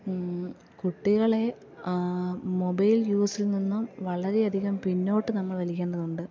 കുട്ടികളെ മൊബൈൽ യൂസിൽ നിന്നും വളരെയധികം പിന്നോട്ട് നമ്മൾ വലിക്കേണ്ടതുണ്ട്